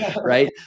right